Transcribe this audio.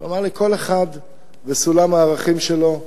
הוא אמר לי: כל אחד וסולם הערכים שלו,